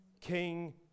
King